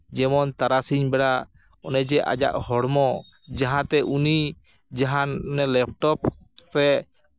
ᱛᱟᱨᱟᱥᱤᱧ ᱵᱮᱲᱟ ᱚᱱᱮ ᱡᱮ ᱟᱡᱟᱜ ᱦᱚᱲᱢᱚ ᱡᱟᱦᱟᱸ ᱛᱮ ᱩᱱᱤ ᱡᱟᱦᱟᱱ ᱞᱮᱯᱴᱚᱯ ᱯᱮ